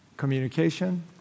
communication